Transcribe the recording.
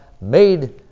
made